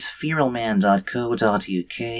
feralman.co.uk